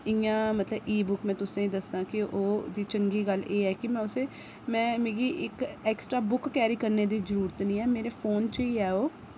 इ'यां मतलब इ बुक में तुसें दस्सां कि ओह्दी चंगी गल्ल एह् ऐ कि में मिगी इक ऐक्स्ट्रा बुक कैरी करने दी जरुरत निं ऐ मेरे फोन च ई ऐ ओह्